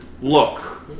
Look